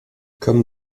comme